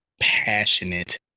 passionate